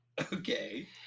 Okay